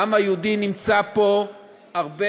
העם היהודי נמצא פה הרבה,